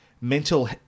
mental